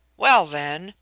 well, then,